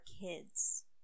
kids